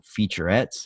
featurettes